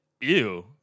ew